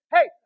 Hey